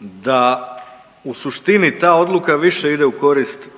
da u suštini ta odluka više ide u korist